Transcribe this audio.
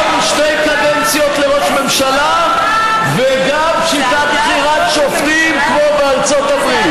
גם שתי קדנציות לראש ממשלה וגם שיטת בחירת שופטים כמו בארצות הברית.